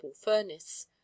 furnace